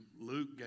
Luke